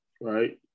right